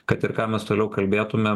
kad ir ką mes toliau kalbėtume